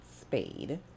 spade